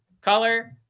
color